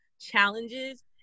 challenges